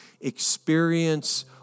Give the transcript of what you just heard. experience